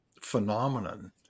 phenomenon